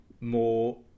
more